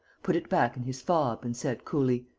put it back in his fob and said, coolly